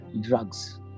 drugs